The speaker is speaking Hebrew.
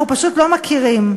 אנחנו פשוט לא מכירים.